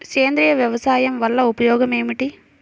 సేంద్రీయ వ్యవసాయం వల్ల ఉపయోగం ఏమిటి?